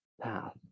path